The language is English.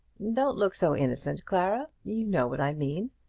don't look so innocent, clara. you know what i mean.